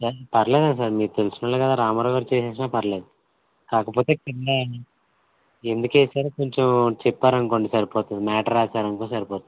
పర్లేదు సార్ మీరు తెలిసినవాళ్ళే కదా రామారావు గారికి చేసేసినా పర్లేదు కాకపోతే కింద ఎందుకేసారో కొంచెం చెప్పారనుకోండి సరిపోతుంది మేటర్ రాసారు అనుకోండి సరిపోతుంది